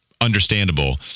understandable